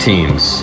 Teams